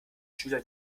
schüler